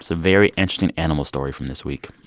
so very interesting animal story from this week